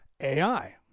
AI